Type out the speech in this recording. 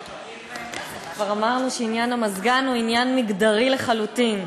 כבר אמרנו שעניין המזגן הוא עניין מגדרי לחלוטין.